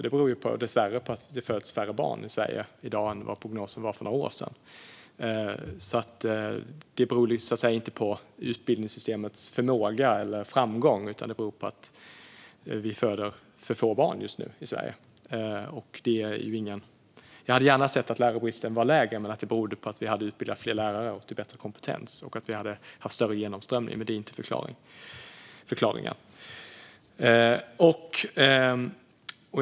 Det beror dessvärre på att det föds färre barn i Sverige i dag än vad prognosen var för några år sedan. Det beror så att säga inte på utbildningssystemets förmåga eller framgång, utan det beror på att vi föder för få barn i Sverige just nu. Jag hade gärna sett att lärarbristen var mindre och att det berodde på att vi hade utbildat fler lärare med bättre kompetens och att vi hade haft större genomströmning, men så är det inte i dag.